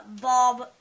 Bob